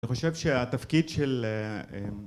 אני חושב שהתפקיד של